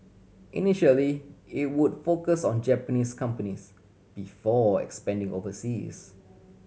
initially it would focus on Japanese companies before expanding overseas